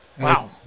Wow